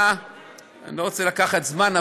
אני לא רוצה לקחת זמן,